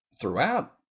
throughout